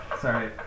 Sorry